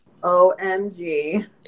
OMG